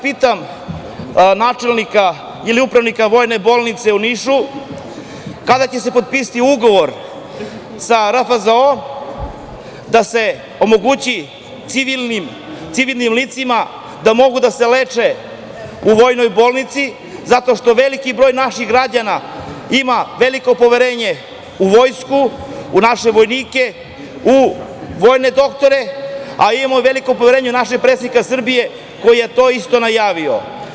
Pitam načelnika ili upravnika Vojne bolnice u Nišu - kada će se potpisati ugovor sa RFZO da se omogući civilnim licima da mogu da se leče u Vojnoj bolnici zato što veliki broj naših građana ima veliko poverenje u vojsku, u naše vojnike, u vojne doktore, a imamo i veliko poverenje u našeg predsednika Srbije koji je to isto najavio?